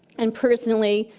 and personally,